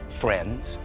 friends